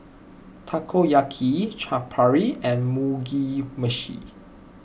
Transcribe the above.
Takoyaki Chaat Papri and Mugi Meshi